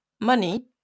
money